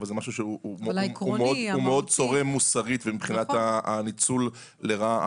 אבל זה משהו שהוא מאוד צורם מוסרית מבחינת הניצול לרעה,